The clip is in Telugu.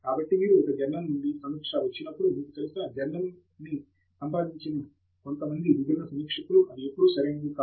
కాబట్టి మీకు ఒక జర్నల్ నుండి సమీక్ష వచ్చినప్పుడు మీకు తెలుసా జర్నల్ సంప్రదించింన కొంతమంది విభిన్న సమీక్షకులు అవి ఎల్లప్పుడూ సరైనవి కావు